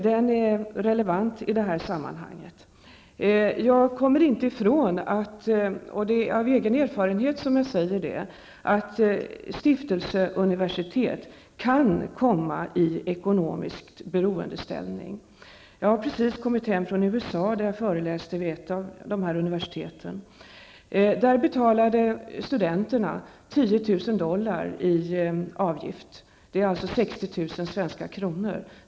Den frågan är relevant i sammanhanget. Jag kommer inte ifrån -- det säger jag av egen erfarenhet -- att stiftelseuniversitet kan hamna i ekonomisk beroendeställning. Jag har just kommit hem från USA där jag föreläste vid ett stiftelseuniversitet. Eleverna där betalar 10 000 dollar i årsavgift, dvs. ungefär 60 000 svenska kronor.